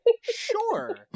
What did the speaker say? Sure